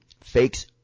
fakes